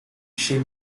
she